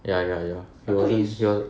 ya ya ya he wasn't here